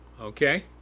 Okay